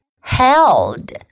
held